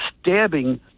stabbing